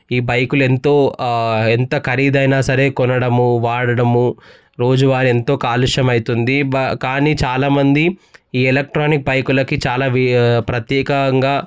ఈ బైకులు ఎంతో ఎంత ఖరీదైన సరే కొనడము వాడడము రోజువారీ ఎంతో కాలుష్యం అవుతుంది బట్ కానీ చాలామంది ఈ ఎలక్ట్రానిక్ బైకులకి చాలా ప్రత్యేకంగా